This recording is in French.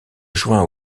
joint